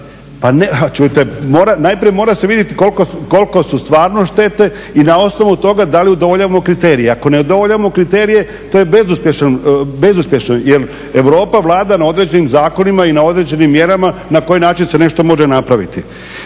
čujte najprije mora se vidjeti koliko su stvarno štete i na osnovu toga da li udovoljavamo kriterijima. Ako ne udovoljavamo kriterijima to je bezuspješno. Jer Europa vlada na određenim zakonima i na određenim mjerama na koji način se nešto može napraviti.